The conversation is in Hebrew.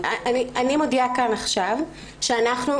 אז אני מודיעה כאן עכשיו שאנחנו,